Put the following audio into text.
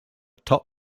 top